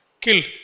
killed